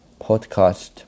podcast